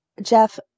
Jeff